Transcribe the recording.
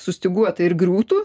sustyguota ir griūtų